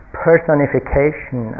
personification